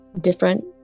different